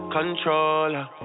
Controller